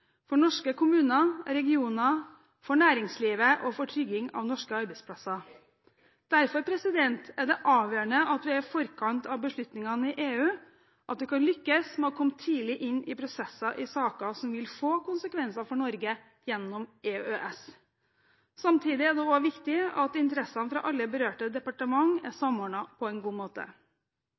for norske kommuner og regioner, for næringslivet og for trygging av norske arbeidsplasser. Derfor er det avgjørende at vi er i forkant av beslutningene i EU – at vi kan lykkes med å komme tidlig inn i prosesser i saker som vil få konsekvenser for Norge gjennom EØS. Samtidig er det også viktig at interessene fra alle berørte departementer er samordnet på en god måte.